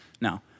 No